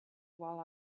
while